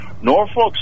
Norfolk